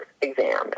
exam